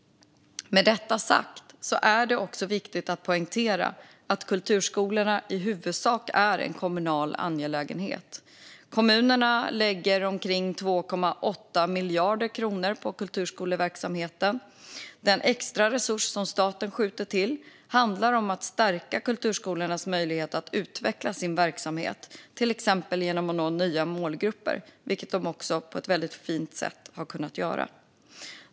Med detta sagt är det också viktigt att poängtera att kulturskolorna i huvudsak är en kommunal angelägenhet. Kommunerna lägger omkring 2,8 miljarder kronor på kulturskoleverksamheten. Den extra resurs som staten skjuter till handlar om att stärka kulturskolornas möjlighet att utveckla sin verksamhet, till exempel genom att nå nya målgrupper, vilket de också på ett väldigt fint sätt har kunnat göra.